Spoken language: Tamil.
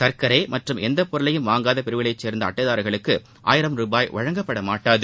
சர்க்கரை மற்றும் எந்த பொருளையும் வாங்காத பிரிவுகளைச் சேர்ந்த அட்டைதாரர்களுக்கு ஆயிரம் ரூபாய் வழங்கப்படமாட்டாது